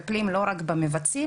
המימון שם הוא של ג'וינט חלקי,